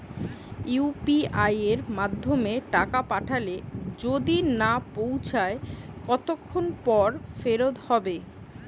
UPI য়ের মাধ্যমে টাকা পাঠালে যদি না পৌছায় কতক্ষন পর ফেরত হবে?